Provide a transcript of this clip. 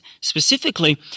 specifically